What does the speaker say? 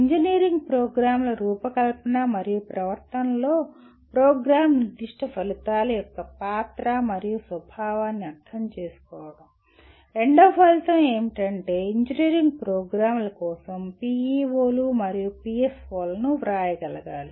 engineering ప్రోగ్రామ్ల రూపకల్పన మరియు ప్రవర్తనలో ప్రోగ్రామ్ నిర్దిష్ట ఫలితాల యొక్క పాత్ర మరియు స్వభావాన్ని అర్థం చేసుకోవడం రెండవ ఫలితం ఏమిటంటే ఇంజనీరింగ్ ప్రోగ్రామ్ కోసం PEO లు మరియు PSO లను వ్రాయగలగాలి